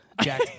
Jack